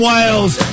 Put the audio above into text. Wales